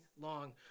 long